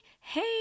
hey